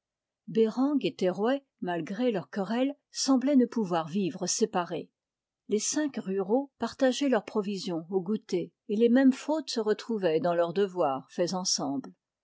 bereng et ter rouet malgré leurs querelles semblaient ne pouvoir vivre séparés les cinq ruraux partageaient leurs provisions au goûter et les mômes fautes se retrouvaient dans leurs devoirs faits ensemble